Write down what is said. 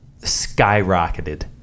skyrocketed